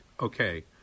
okay